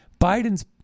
Biden's